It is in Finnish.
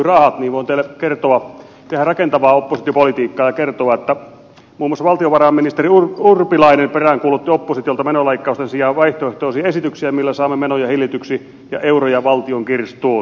voin teille kertoa tehdä rakentavaa oppositiopolitiikkaa ja kertoa että muun muassa valtiovarainministeri urpilainen peräänkuulutti oppositiolta menoleikkausten sijaan vaihtoehtoisia esityksiä joilla saamme menoja hillityksi ja euroja valtion kirstuun